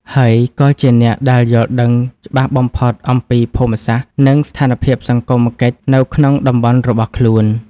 ហើយក៏ជាអ្នកដែលយល់ដឹងច្បាស់បំផុតអំពីភូមិសាស្ត្រ និងស្ថានភាពសង្គមកិច្ចនៅក្នុងតំបន់របស់ខ្លួន។